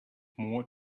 more